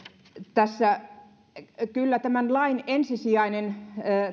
kyllä tämän lain ensisijainen